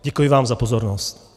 Děkuji vám za pozornost.